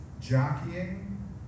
jockeying